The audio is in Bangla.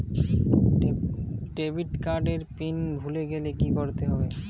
ডেবিট কার্ড এর পিন ভুলে গেলে কি করতে হবে?